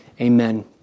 Amen